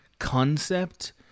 concept